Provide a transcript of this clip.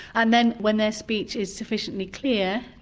and then when their speech is sufficiently clear,